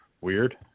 weird